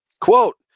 quote